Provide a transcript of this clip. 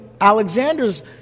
Alexander's